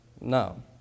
No